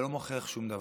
זה לא מוכיח שום דבר.